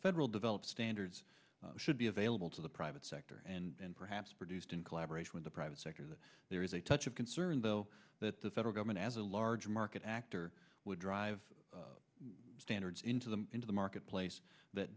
federal developed standards should be available to the private sector and then perhaps produced in collaboration with the private sector that there is a touch of concern though that the federal government as a large market actor would drive standards into the into the marketplace that